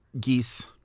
geese